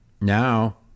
Now